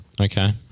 Okay